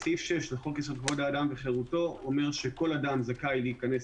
סעיף 6 לחוק יסוד: כבוד האדם וחירותו אומר שכל אדם רשאי לצאת